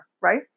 right